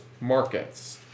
markets